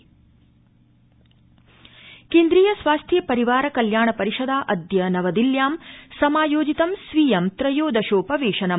सुमन योजना केन्द्रीय स्वास्थ्य परिवारकल्याण परिषदा अद्य नवदिल्यां समायोजितं स्वीयं त्रयोदशोपवेशनम्